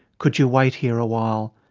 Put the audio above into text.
could you wait here awhile?